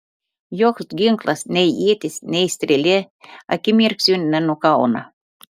joks ginklas nei ietis nei strėlė akimirksniu nenukauna